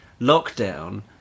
lockdown